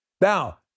Now